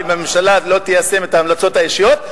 אם הממשלה לא תיישם את ההמלצות האישיות,